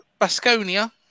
basconia